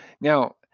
Now